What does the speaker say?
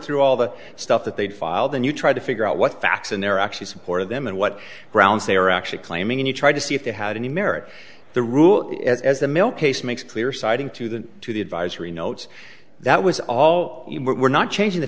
threw all the stuff that they'd filed and you tried to figure out what facts in there actually supported them and what grounds they are actually claiming and you tried to see if they had any merit the rule as the mill case makes clear citing to the to the advisory notes that was all we're not changing the